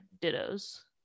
dittos